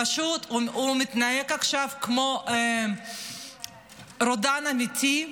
והוא פשוט מתנהג עכשיו כמו רודן אמיתי,